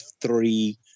three